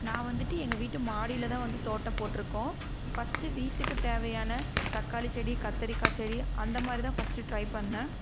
நான் வந்துவிட்டு எங்கள் வீட்டு மாடியிலதான் வந்து தோட்டம் போட்டுருக்கோம் ஃபர்ஸ்ட்டு வீட்டுக்குத் தேவையான தக்காளிச் செடி கத்தரிக்காச் செடி அந்த மாதிரிதான் ஃபர்ஸ்ட்டு ட்ரை பண்ணேன்